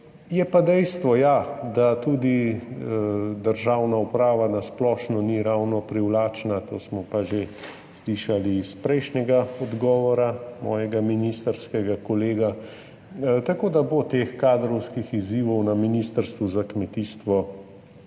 Je pa dejstvo, ja, da tudi državna uprava na splošno ni ravno privlačna, to smo pa že slišali iz prejšnjega odgovora mojega ministrskega kolega. Tako da bo teh kadrovskih izzivov na ministrstvu za kmetijstvo